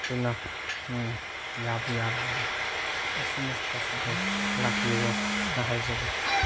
ꯊꯨꯅ ꯌꯥꯕꯨ ꯌꯥꯔꯒꯗꯤ ꯑꯦꯁ ꯁꯨꯟ ꯑꯦꯁ ꯄꯣꯁꯤꯕꯜ ꯂꯥꯛꯄꯤꯔꯣ ꯍꯥꯏꯖꯔꯤ